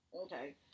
okay